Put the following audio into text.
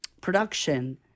production